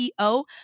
CEO